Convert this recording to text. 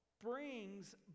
brings